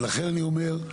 ולכן אני אומר,